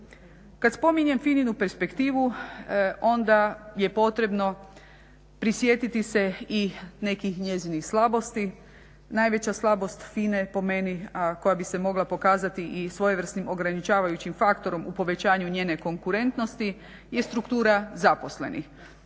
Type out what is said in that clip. Kad spominjem FINA-inu perspektivu onda je potrebno prisjetiti se i nekih njezinih slabosti. Najveća slabost FINA-e po meni, a koja bi se mogla pokazati i svojevrsnim ograničavajućim faktorom u povećanju njene konkurentnosti je struktura zaposlenih.